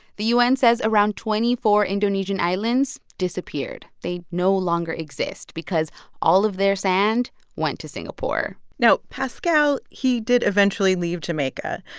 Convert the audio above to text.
the u n. says around twenty four indonesian islands disappeared. they no longer exist because all of their sand went to singapore now, pascal, he did eventually leave jamaica,